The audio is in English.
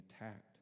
attacked